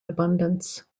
abundance